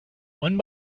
one